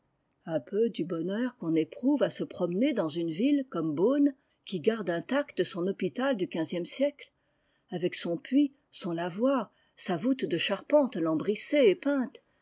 un peu du bonheur qu'on éprouve à se promener dans une ville comme beaune qui garde intact son hôpital du xv siècle avec son puits son lavoir sa voûte de'charpente lambrissée et peinte